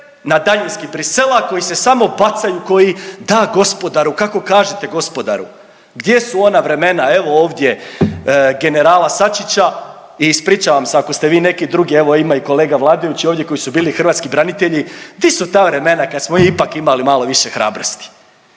na daljinski Bruxellesa koji se samo bacaju, koji da gospodaru, kako kažete gospodaru. Gdje su ona vremena, evo ovdje generala Sačića, i ispričavam se ako ste vi neki drugi, evo ima i kolega vladajućih ovdje koji su bili hrvatski branitelji, di su ta vremena kad smo mi ipak imali malo više hrabrosti